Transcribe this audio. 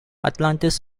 atlantis